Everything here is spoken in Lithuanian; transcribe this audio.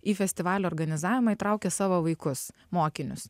į festivalio organizavimą įtraukė savo vaikus mokinius